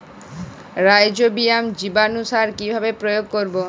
Rhizobium জীবানুসার কিভাবে প্রয়োগ করব?